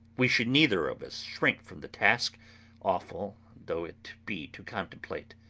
we should neither of us shrink from the task awful though it be to contemplate.